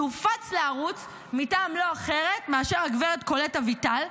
שהופץ לערוץ מטעם לא אחרת מאשר הגב' קולט אביטל,